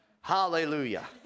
Hallelujah